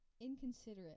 inconsiderate